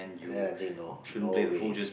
then I think no no way